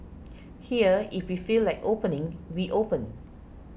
here if we feel like opening we open